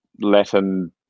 Latin